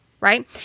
right